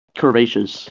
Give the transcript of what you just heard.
curvaceous